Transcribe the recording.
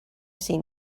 seen